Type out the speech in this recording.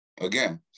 again